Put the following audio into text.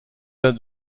l’un